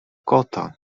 kota